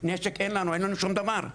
נשק אין לנו, אין לנו שום דבר.